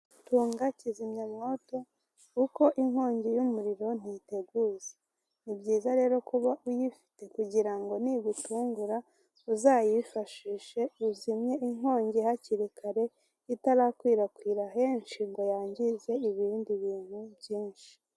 Tunga kizimyamwoto kuko inkongi y'umuriro ntiteguza, ni byiza rero kuba uyifite kugira ngo nigutungura uzayifashishe uzimye inkongi hakiri kare itarakwirakwira henshi ngo yangize ibindi bintu byinshi.